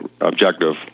objective